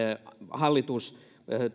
hallitus